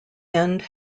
end